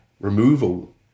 removal